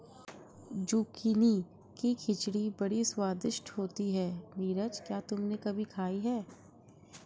Zucchini की खिचड़ी बड़ी स्वादिष्ट होती है नीरज क्या तुमने कभी खाई है?